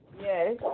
Yes